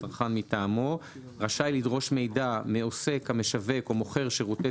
הצרכן מטעמו רשאי לדרוש מידע מעוסק המשווק או מוכר שירותי